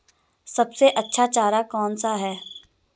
सबसे अच्छा चारा कौन सा है?